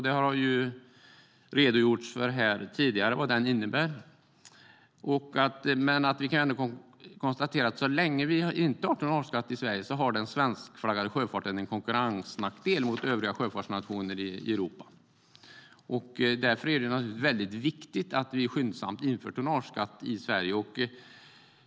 Det har redogjorts för här tidigare vad detta innebär. Så länge vi inte har tonnageskatt i Sverige har den svenskflaggade sjöfarten en konkurrensnackdel gentemot övriga sjöfartsnationer i Europa. Därför är det viktigt att vi skyndsamt inför tonnageskatt i Sverige.